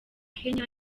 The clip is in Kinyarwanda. kenya